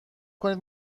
کنید